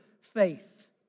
faith